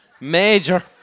major